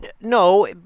no